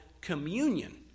communion